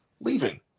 leaving